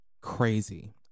crazy